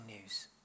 news